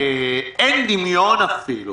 אין דמיון אפילו